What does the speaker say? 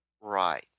right